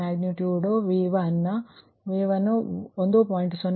magnitude V11